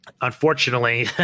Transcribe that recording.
unfortunately